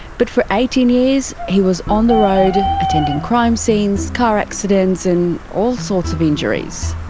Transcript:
but for eighteen years he was on the road attending crime scenes, car accidents, and all sorts of injuries.